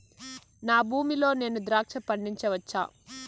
నా భూమి లో నేను ద్రాక్ష పండించవచ్చా?